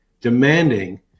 demanding